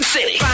City